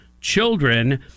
children